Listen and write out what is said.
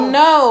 no